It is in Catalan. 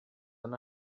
han